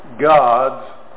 God's